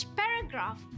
paragraph